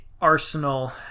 Arsenal